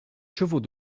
chevaux